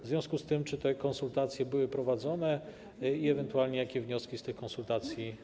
W związku z tym, czy te konsultacje były prowadzone i ewentualnie, jakie wnioski płyną z tych konsultacji.